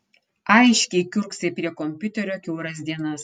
aiškiai kiurksai prie kompiuterio kiauras dienas